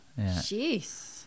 Jeez